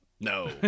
No